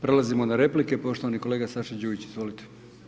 Prelazimo na replike, poštovani kolega Saša Đujić, izvolite.